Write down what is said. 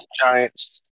Giants